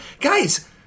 Guys